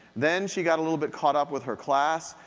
then she got a little bit caught up with her class.